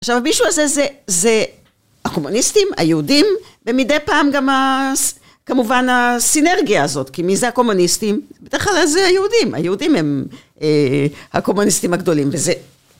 עכשיו המישהו הזה, זה הקומוניסטים, היהודים, ומדי פעם גם כמובן הסינרגיה הזאת, כי מי זה הקומוניסטים? בטח זה היהודים, היהודים הם הקומוניסטים הגדולים, וזה